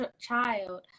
child